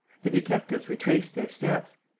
the detectives retraced their steps.